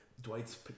Dwight's